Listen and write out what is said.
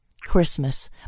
Christmas